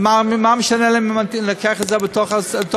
אז מה משנה להם אם אני לוקח את זה בתוך הסל,